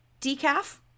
Decaf